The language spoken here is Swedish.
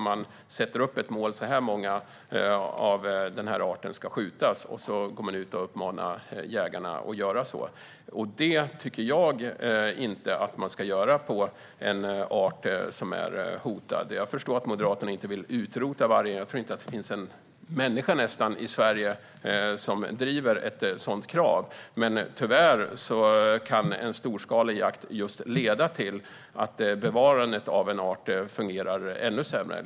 Man sätter upp ett mål för hur många av en art som ska skjutas och går sedan ut och uppmanar jägarna att göra det. Det tycker jag inte att man ska göra när det gäller en art som är hotad. Jag förstår att Moderaterna inte vill utrota vargen och tror inte att det finns en enda människa i Sverige som driver ett sådant krav. Men tyvärr kan en storskalig jakt just leda till att bevarandet av en art fungerar ännu sämre.